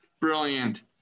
brilliant